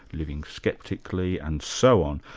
living sceptically, and so on.